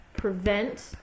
Prevent